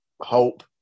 hope